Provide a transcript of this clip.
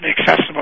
accessible